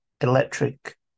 electric